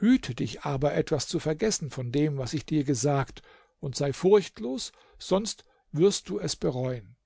hüte dich aber etwas zu vergessen von dem was ich dir gesagt und sei furchtlos sonst wirst du es bereuen